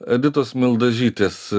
editos mildažytės